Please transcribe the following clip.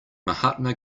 mahatma